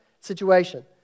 situation